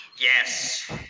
Yes